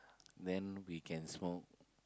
then we can smoke